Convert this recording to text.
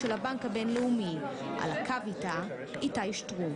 הבנק הבינלאומי הוא בנק שמתמחה בתחום של מתן אשראי לפעילי שוק ההון.